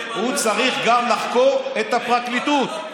הוא צריך לחקור גם את הפרקליטות,